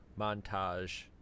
montage